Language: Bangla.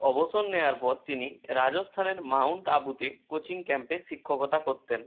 অবসর নেয়ার পর তিনি রাজস্থানের মাউন্ট আবুতে কোচিং ক্যাম্পে শিক্ষকতা করতেন